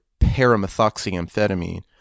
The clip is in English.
paramethoxyamphetamine